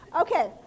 Okay